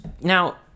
Now